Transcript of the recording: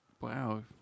Wow